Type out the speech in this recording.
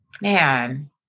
Man